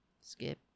Skip